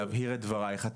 להבהיר את דברייך,